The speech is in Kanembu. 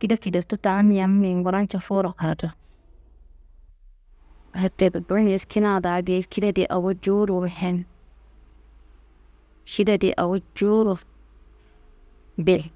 Kida kidetu taan yammi nguronca fuwuro karado. Wote gullu njedikina daa geyi kida di awo jowuro muhim, kida di awo jowuro bil.